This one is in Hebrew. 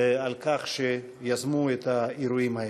על שיזמו את האירועים האלה.